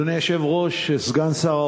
אדוני היושב-ראש, סגן שר האוצר,